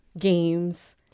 games